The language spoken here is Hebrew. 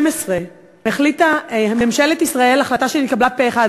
ב-2012 החליטה ממשלת ישראל החלטה שהתקבלה פה-אחד,